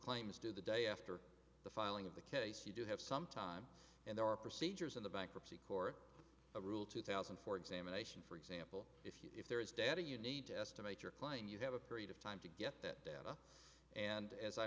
claim is due the day after the filing of the case you do have some time and there are procedures in the bankruptcy court rule two thousand and four examination for example if you if there is data you need to estimate your claim you have a period of time to get that data and as i